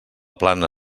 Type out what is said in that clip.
plana